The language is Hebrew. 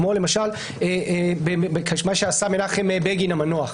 כמו למשל, מה שעשה מנחם בגין המנוח.